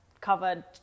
covered